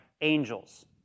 angels